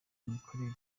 imikorere